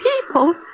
people